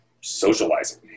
socializing